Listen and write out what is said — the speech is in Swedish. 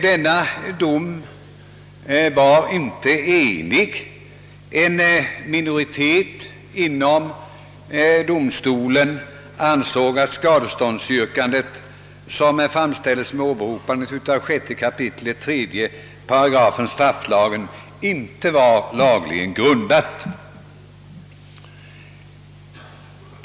Denna dom var emellertid inte enhällig. En minoritet inom domstolen ansåg att skadeståndsyrkandet, som framställdes under åberopande av 6 kap. 3 8 brottsbalken, inte var lagligen grundat.